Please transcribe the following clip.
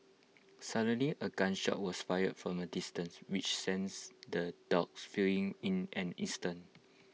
suddenly A gun shot was fired from A distance which sends the dogs fleeing in an instant